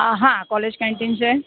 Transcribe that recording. અહા college canteen છે